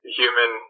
human